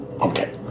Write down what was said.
Okay